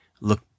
look